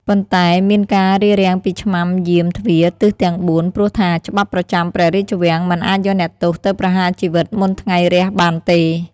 ប៉ុន្តែ មានការរារាំងពីឆ្មាំយាមទ្វារទិសទាំងបួន ព្រោះថាច្បាប់ប្រចាំព្រះរាជវាំងមិនអាចយកអ្នកទោសទៅប្រហារជីវិតមុនថ្ងៃរះបានទេ។